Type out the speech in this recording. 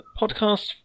podcast